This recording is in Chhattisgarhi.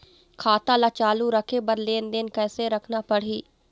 खाता ला चालू रखे बर लेनदेन कैसे रखना पड़ही?